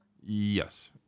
Yes